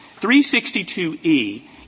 362E